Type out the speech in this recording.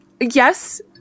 Yes